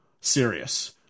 serious